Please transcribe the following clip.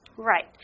Right